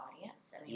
audience